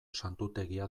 santutegia